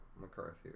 McCarthy